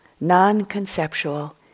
non-conceptual